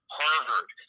harvard